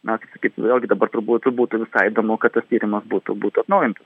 na kaip sakyt vėlgi dabar turbūt būtų visai įdomu kad tas tyrimas būtų būtų atnaujintas